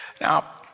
Now